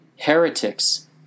heretics